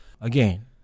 Again